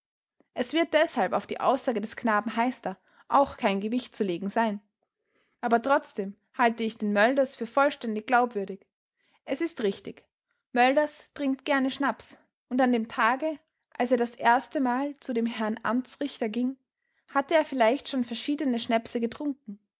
es wird deshalb auf die aussage des knaben heister auch kein gewicht zu legen sein aber trotzdem halte ich den mölders für vollständig glaubwürdig es ist richtig mölders trinkt gerne schnaps und an dem tage als er das erstemal zu dem herrn amtsrichter ging hatte er vielleicht schon verschiedene schnäpse getrunken